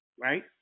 Right